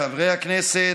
חברי הכנסת,